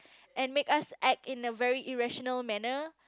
and make us act in a very irrational manner